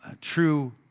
True